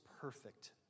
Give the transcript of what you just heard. perfect